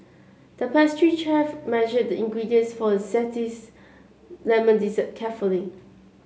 the pastry chef measured the ingredients for a lemon dessert carefully